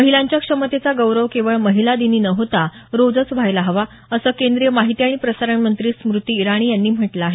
महिलांच्या क्षमतेचा गौरव केवळ महिला दिनी न होता रोजच व्हायला हवा असं केंद्रीय माहिती आणि प्रसारण मंत्री स्मृती इराणी यांनी म्हटलं आहे